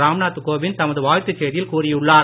ராம்நாத் கோவிந்த் தமது வாழ்த்து செய்தியில் கூறியுள்ளார்